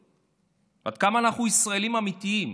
עד כמה אנחנו ישראלים אמיתיים?